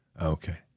Okay